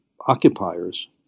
occupiers